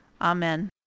Amen